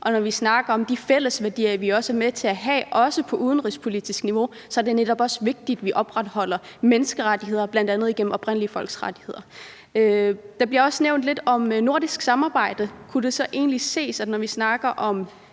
og når vi snakker om de fælles værdier, vi har, også på udenrigspolitisk niveau, er det netop også vigtigt, at vi opretholder menneskerettigheder, bl.a. igennem oprindelige folks rettigheder. Der bliver også nævnt lidt om nordisk samarbejde. Kunne det så egentlig tænkes, når vi snakker om